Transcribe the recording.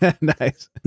Nice